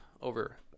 over